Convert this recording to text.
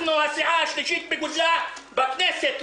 אנחנו הסיעה השלישית בגודלה בכנסת,